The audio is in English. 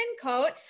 coat